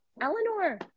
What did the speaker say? Eleanor